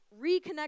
reconnect